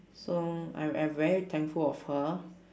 so I I'm very thankful of her